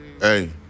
Hey